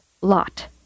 lot